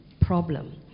problem